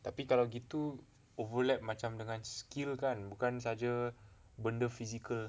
tapi kalau gitu overlap macam skill kan bukan saja benda physical